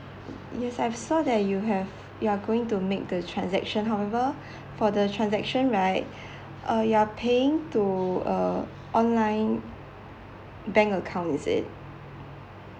yes I've saw that you have you're going to make the transaction however for the transaction right uh you're paying to uh online bank account is it